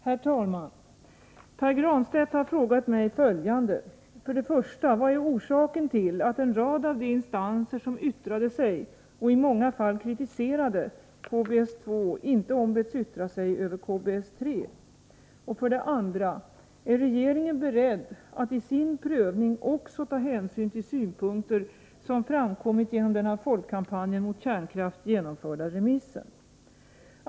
Herr talman! Pär Granstedt har frågat mig följande: 1. Vad är orsaken till att en rad av de instanser som yttrade sig — och i många fall kritiserade — KBS-2 inte ombetts yttra sig över KBS-3? 2. Är regeringen beredd att i sin prövning också ta hänsyn till synpunkter som framkommit genom den av Folkkampanjen mot kärnkraft genomförda remissen?